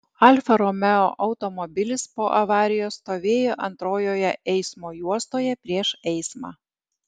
alfa romeo automobilis po avarijos stovėjo antrojoje eismo juostoje prieš eismą